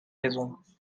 raisons